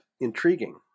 intriguing